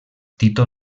títol